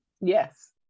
Yes